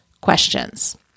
questions